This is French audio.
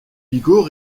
bigot